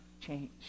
change